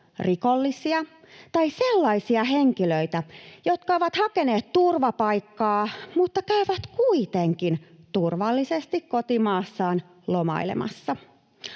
rikollisia tai sellaisia henkilöitä, jotka ovat hakeneet turvapaikkaa, mutta käyvät kuitenkin turvallisesti kotimaassaan lomailemassa.